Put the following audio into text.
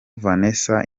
vanessa